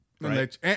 Right